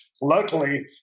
Luckily